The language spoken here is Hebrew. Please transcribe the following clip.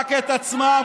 רק את עצמם.